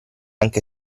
anche